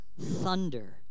thunder